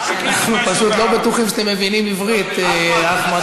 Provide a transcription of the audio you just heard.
פשוט לא בטוחים שאתם מבינים עברית, אחמד.